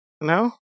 No